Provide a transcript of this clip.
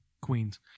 Queens